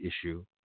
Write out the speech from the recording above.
issue